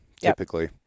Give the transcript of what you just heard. typically